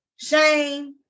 shame